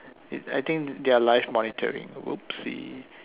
I think they're live monitoring oopsie